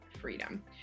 freedom